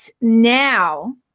now